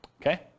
Okay